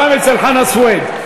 גם אצל חנא סוייד,